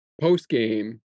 post-game